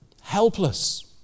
Helpless